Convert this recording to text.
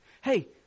hey